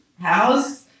house